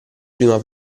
prima